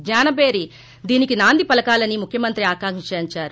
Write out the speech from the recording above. జ్ఞానభేరి దీనికి నాంది పలకాలని ముఖ్యమంత్రి ఆకాంక్షించారు